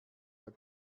der